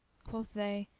quoth they,